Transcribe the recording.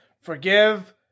forgive